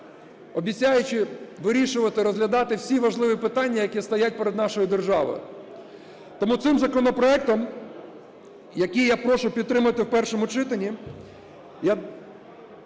обіцяючи вирішувати, розглядати всі важливі питання, які стоять перед нашою державою. Тому цим законопроектом, який я прошу підтримати в першому читанні,